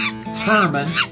Herman